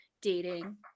dating